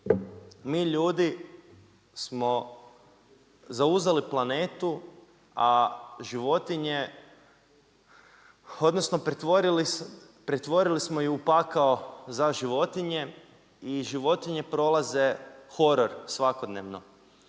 mi ljudi, smo zauzeli planetu, a životinje, odnosno, pretvorili smo ju u pakao za životinje i životinje prolaze horor svakodnevno.